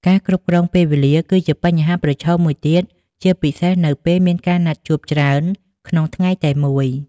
ការគ្រប់គ្រងពេលវេលាគឺជាបញ្ហាប្រឈមមួយទៀត ជាពិសេសនៅពេលមានការណាត់ជួបច្រើនក្នុងថ្ងៃតែមួយ។